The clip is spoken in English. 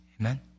Amen